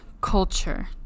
culture